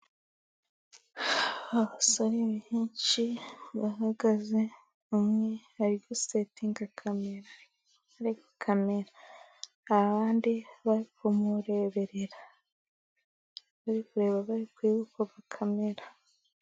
Abasore benshi bahagaze umwe ari gusetinga kamera, ari gukamera, abandi bari kumureberera bari kureba bari kwiga uko bakamera.